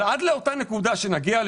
אבל עד לאותה נקודה ועד שאליה נגיע,